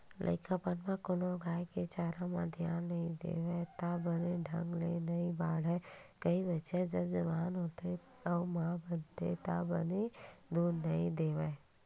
लइकापन म कोनो गाय के चारा म धियान नइ देबे त बने ढंग ले नइ बाड़हय, इहीं बछिया जब जवान होथे अउ माँ बनथे त बने दूद नइ देवय